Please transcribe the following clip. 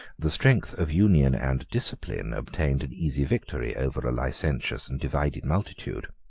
the strength of union and discipline obtained an easy victory over a licentious and divided multitude.